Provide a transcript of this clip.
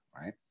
right